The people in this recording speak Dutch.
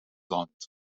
zand